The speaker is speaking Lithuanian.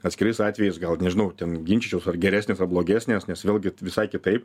atskirais atvejais gal nežinau ten ginčyčiaus ar geresnės ar blogesnės nes vėlgi visai kitaip